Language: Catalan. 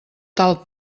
tal